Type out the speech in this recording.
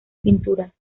pinturas